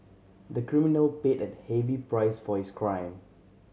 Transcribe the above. the criminal paid a heavy price for his crime